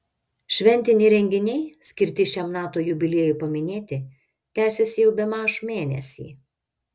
šventiniai renginiai skirti šiam nato jubiliejui paminėti tęsiasi jau bemaž mėnesį